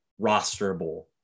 rosterable